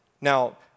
Now